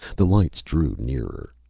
the lights drew nearer.